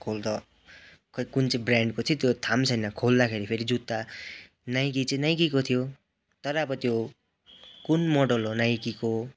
खोल त खोइ कुन चाहिँ ब्रान्डको थियो त्यो थाहा पनि छैन फेरि जुत्ता नाइकी चाहिँ नाइकीको थियो तर अब त्यो कुन मोडल हो नाइकीको